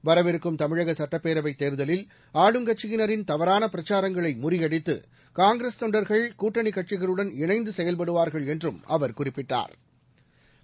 வரவிருக்கும் தமிழக சட்டப்பேரவை தேர்தலில் ஆளுங்கட்சியினின் தவறான பிரசாரங்களை முறியடித்து காங்கிரஸ் தொண்டர்கள் கூட்டணி கட்சிகளுடன் இணைந்து செயவ்படுவார்கள் என்றும் அவர் குறிப்பிட்டா்